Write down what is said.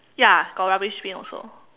ya got rubbish bin also